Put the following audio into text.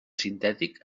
sintètic